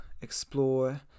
explore